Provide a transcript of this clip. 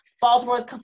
Baltimore's